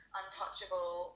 untouchable